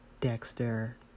Dexter